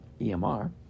emr